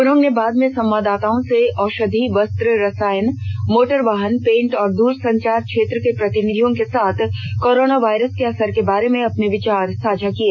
उन्होंने बाद में संवाददाताओं से औषधि वस्त्र रसायन मोटरवाहन पेंट और दूरसंचार क्षेत्र के प्रतिनिधियों के साथ कोरोना वायरस के असर के बारे में अपने विचार साझा किए